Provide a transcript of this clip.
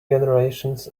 generations